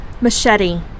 Machete